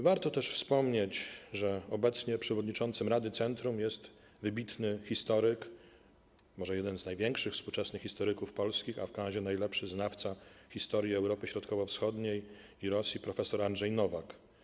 Warto też wspomnieć, że obecnie przewodniczącym rady centrum jest wybitny historyk, może jeden z największych współczesnych historyków polskich, a w Kanadzie najlepszy znawca historii Europy Środkowo-Wschodniej i Rosji, prof. Andrzej Nowak.